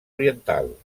oriental